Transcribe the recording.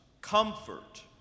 comfort